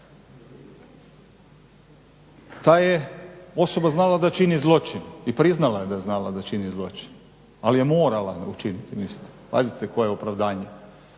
ta je osoba znala da čini zločin i priznala je da je znala da čini zločin, ali je morala ga učiniti. Pazite, koje opravdanje.